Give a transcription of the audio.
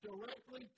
directly